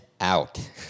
out